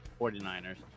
49ers